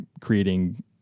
creating